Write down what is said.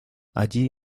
allí